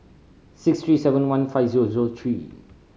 six three seven one five zero zero three